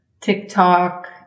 TikTok